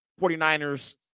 49ers